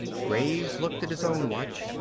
graves looked at his own watch.